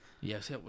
Yes